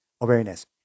awareness